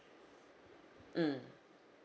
mm